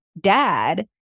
dad